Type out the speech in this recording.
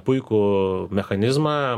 puikų mechanizmą